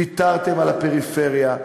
ויתרתם על הפריפריה.